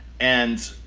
and.